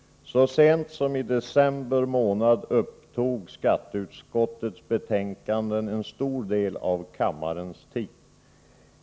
Så sent som i december månad upptog skatteutskottets betänkanden en stor del av kammarens tid.